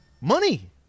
money